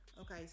Okay